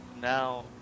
Now